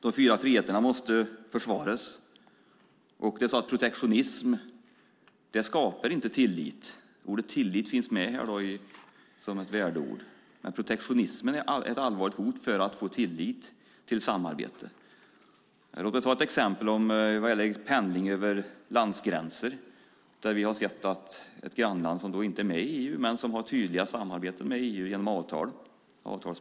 De fyra friheterna måste försvaras. Protektionism skapar inte tillit. Ordet tillit finns med som ett värdeord. Protektionismen är ett allvarligt hot mot att få tillit för samarbete. Låt mig ta ett exempel vad gäller pendling över landgränser. Vi har sett att ett grannland som inte är med i EU samarbetar med EU genom viktiga avtal.